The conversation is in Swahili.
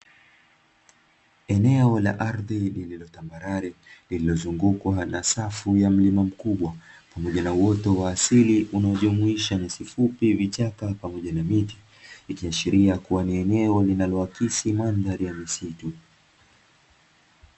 Eneo la ardhi lililo tambarare, lililozungukwa na safu ya mlima mkubwa pamoja na uoto wa asili unaojumuisha nyasi fupi, vichaka pamoja na miti, ikiashiria kuwa ni eneo linaloakisi mandhari ya misitu.